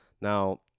now